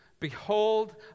behold